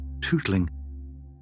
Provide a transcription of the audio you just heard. tootling